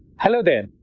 hello there!